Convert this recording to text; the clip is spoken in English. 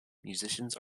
musicians